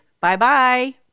Bye-bye